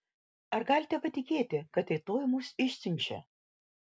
ar galite patikėti kad rytoj mus išsiunčia